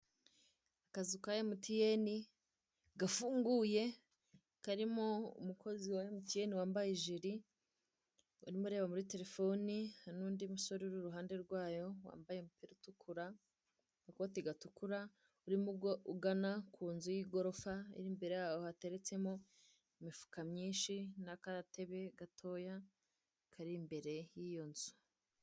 Akazu ka Emutiyene gafunguye, karimo umukozi wa Emutiyeni wambaye ijiri urimo areba muri telefoni, hari n'undi musore uri iruhande rwayo wambaye umupira utukura agakoti gatukura, urimo ugana ku nzu y'igorofa iri imbere yaho hateretse mo imifuka myinshi n'akatebe gatoya kari imbere y'iyo nzu.